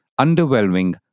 underwhelming